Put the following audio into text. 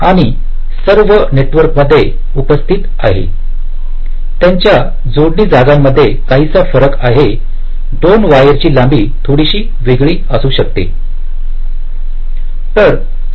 आणि सर्व नेटवर्क मध्ये उपस्थित आहे त्याच्या जोडणी जागांमध्ये काहीसा फरक आहे दोन वायर ची लांबी थोडीशी वेगळी आहे